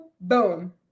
boom